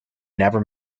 never